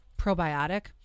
probiotic